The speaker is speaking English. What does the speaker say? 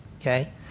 okay